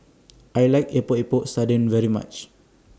I like Epok Epok Sardin very much